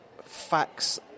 facts